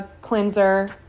cleanser